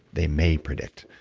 they may predict,